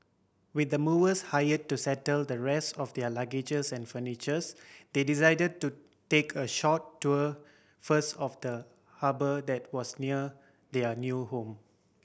with the movers hire to settle the rest of their luggages and furnitures they decided to take a short tour first of the harbour that was near their new home